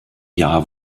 jahr